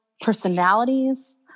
personalities